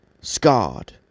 scarred